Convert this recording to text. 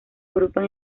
agrupan